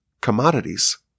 commodities